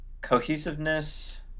Cohesiveness